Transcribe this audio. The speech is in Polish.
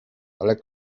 ale